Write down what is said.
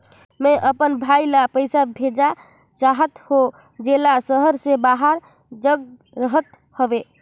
मैं अपन भाई ल पइसा भेजा चाहत हों, जेला शहर से बाहर जग रहत हवे